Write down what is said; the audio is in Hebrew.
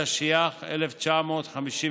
התשי"ח 1958,